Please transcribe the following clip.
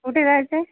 कुठे जायचं आहे